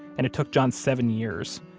and it took john seven years,